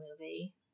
movie